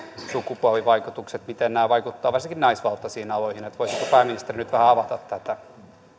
sukupuolivaikutukset miten nämä vaikuttavat varsinkin naisvaltaisiin aloihin voisiko pääministeri nyt vähän avata tätä